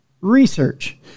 research